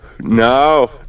No